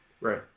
right